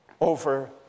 over